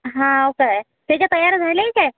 हो काय त्याच्या तयाऱ्या झाल्या आहे काय